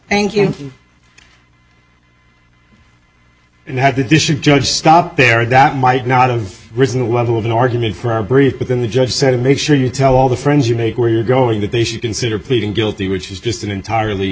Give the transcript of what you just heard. thank you and have the district judge stop there that might not of written the level of an argument for a brief but then the judge said make sure you tell all the friends you made where you're going that they should consider pleading guilty which is just an entirely